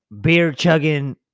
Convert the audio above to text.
beer-chugging